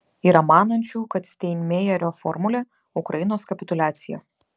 yra manančių kad steinmeierio formulė ukrainos kapituliacija